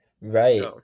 right